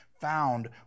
found